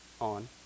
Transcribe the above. on